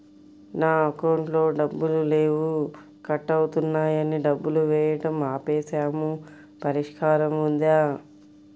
నా అకౌంట్లో డబ్బులు లేవు కట్ అవుతున్నాయని డబ్బులు వేయటం ఆపేసాము పరిష్కారం ఉందా?